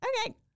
okay